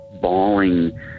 bawling